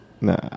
Nah